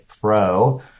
Pro